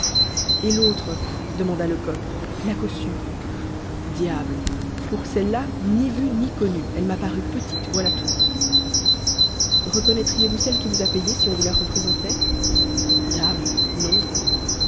et l'autre demanda lecoq la cossue diable pour celle-là ni vu ni connu elle m'a paru petite voilà tout reconnaîtriez vous celle qui vous a payé si on vous la représentait dame non